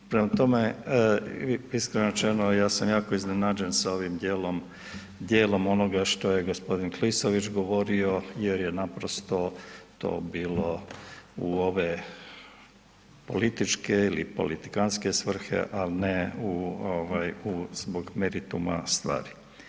Prema tome, iskreno rečeno, ja sam jako iznenađen sa ovim djelom, djelom onoga što je g. Klisović govorio jer je naprosto to bilo u ove političke ili politikanske svrhe a ne zbog merituma stvari.